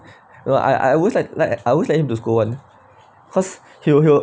I I I always like like at I always like him to scold [one] cause he'll he'll